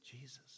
Jesus